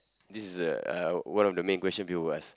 this is a uh one of the main question people will ask